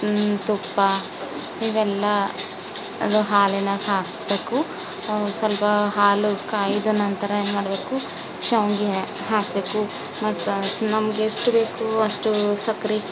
ತುಪ್ಪ ಇವೆಲ್ಲ ಅದು ಹಾಲಿನಕ್ಕ ಹಾಕಬೇಕು ಸ್ವಲ್ಪ ಹಾಲು ಕಾಯಿದ ನಂತರ ಏನು ಮಾಡಬೇಕು ಶಾವಿಗೆ ಹಾಕಬೇಕು ಮತ್ತು ನಮಗೆಷ್ಟು ಬೇಕೋ ಅಷ್ಟು ಸಕ್ರೆ